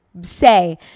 say